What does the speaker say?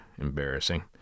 embarrassing